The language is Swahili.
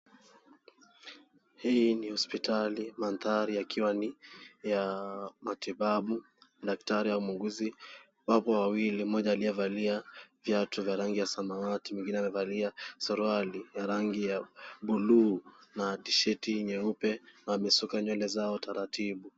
Hii ni hospitali mandhari yakiwa ni ya matibabu. Daktari au muuguzi wapo wawili ,mmoja aliyevalia viatu vya rangi ya samawati mwingine amevalia suruali ya rangi ya buluu na tisheti nyeupe na wamesuka nywele zao taratibu.